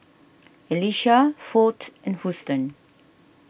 Elisha ford and Houston